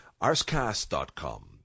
arscast.com